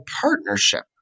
partnership